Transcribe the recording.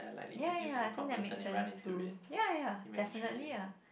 ya ya I think that makes sense too ya ya definitely ah